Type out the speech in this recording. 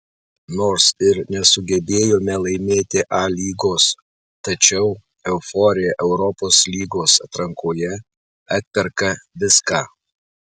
nors ir nesugebėjome laimėti a lygos tačiau euforija europos lygos atrankoje atperka viską